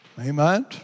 Amen